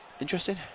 interesting